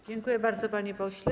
Dziękuję bardzo, panie pośle.